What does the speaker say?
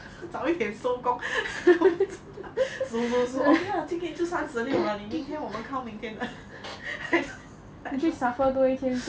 早一点收工 我不知道 数数数 okay lah 今天就三十六啦你明天 then 我们 count 明天的